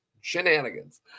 Shenanigans